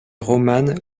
romane